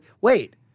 wait